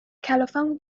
کلافمون